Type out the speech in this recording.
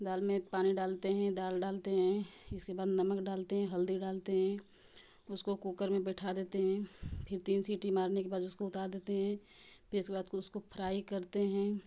दाल में पानी डालते हैं दाल डालते हैं इसके बाद नमक डालते हैं हल्दी डालते हैं उसको कूकर में बैठा देते हैं फिर तीन सिटी मारने के बाद उसको उतार देते हैं फिर इसके बाद के उसको फ्राई करते हैं